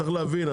צריך להבין,